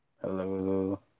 Hello